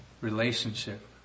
relationship